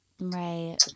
Right